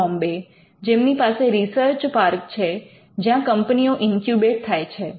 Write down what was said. T Bombay જેમની પાસે research park છે જ્યાં કંપનીઓ ઇન્ક્યુબેટ્ થાય છે